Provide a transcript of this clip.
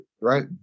right